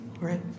right